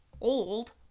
old